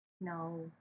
no